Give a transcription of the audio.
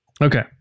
Okay